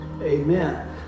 Amen